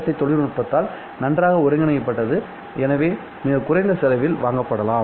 ஐ தொழில்நுட்பத்தால் நன்றாக ஒருங்கிணைக்கப்பட்டது எனவேமிகக் குறைந்த செலவில் வாங்கப்படலாம்